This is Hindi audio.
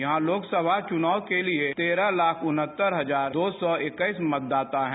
यहां लोकसभा चुनाव के लिए तेरह लाख उनहत्तर हजार दो सौ इक्कीस मतदाता हैं